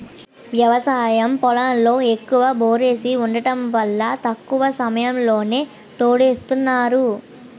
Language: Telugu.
వ్యవసాయ పొలంలో ఎక్కువ బోర్లేసి వుండటం వల్ల తక్కువ సమయంలోనే తోడేస్తున్నారు